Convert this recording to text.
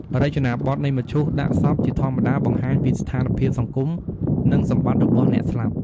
រចនាបទនៃមឈូសដាក់សពជាធម្មតាបង្ហាញពីស្ថានភាពសង្គម និងសម្បត្តិរបស់អ្នកស្លាប់។